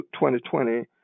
2020